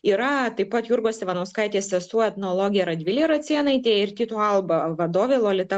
yra taip pat jurgos ivanauskaitės sesuo etnologė radvilė racėnaitė ir tyto alba vadovė lolita